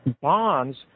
bonds